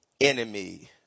enemy